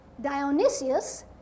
Dionysius